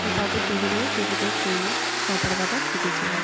তো তাদের দেখে দেখে কিছুটা সুইমিং সাঁতার কাটা শিখেছিলাম